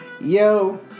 yo